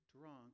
drunk